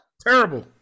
Terrible